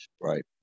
right